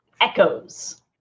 Echoes